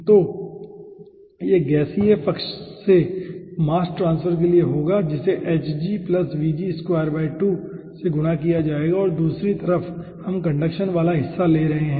तो यह गैसीय पक्ष से मास ट्रांसफर के लिए होगा जिसे से गुणा किया जाएगा और दूसरी तरफ हम कंडक्शन वाला हिस्सा ले रहे हैं